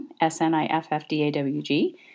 S-N-I-F-F-D-A-W-G